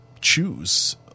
choose